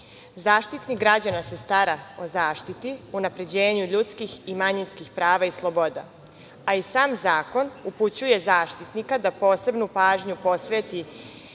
Zaštitnik građana se stara o zaštiti, unapređenju ljudskih i manjinskih prava i sloboda, a i sam zakon upućuje Zaštitnika da posebnu pažnju posveti